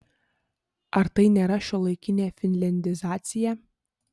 ar tai nėra šiuolaikinė finliandizacija